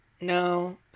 No